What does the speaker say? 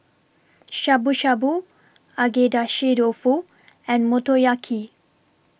Shabu Shabu Agedashi Dofu and Motoyaki